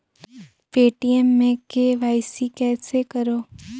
Paytm मे KYC कइसे करव?